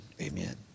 Amen